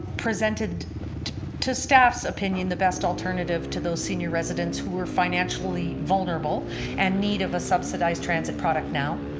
presented to staff's opinion the best alternative to those senior residents who were financially vulnerable and need of a subsidized transit product now.